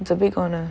it's a big honour